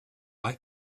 like